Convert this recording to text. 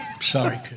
Sorry